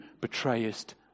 betrayest